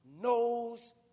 knows